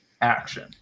action